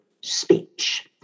speech